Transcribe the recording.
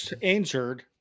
injured